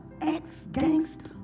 ex-gangster